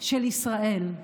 של ישראל,